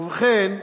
ובכן,